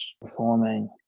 performing